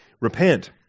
repent